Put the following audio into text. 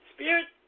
Spirit